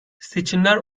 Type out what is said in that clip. seçimler